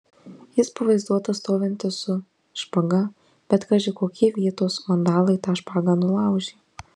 jis pavaizduotas stovintis su špaga bet kaži kokie vietos vandalai tą špagą nulaužė